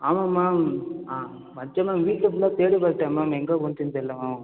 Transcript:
ஆமாம் மேம் ஆ வைச்சேன் மேம் வீட்டு ஃபுல்லாக தேடி பார்த்தேன் மேம் எங்கே போச்சுனு தெரில மேம்